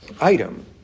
item